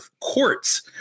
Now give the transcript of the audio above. courts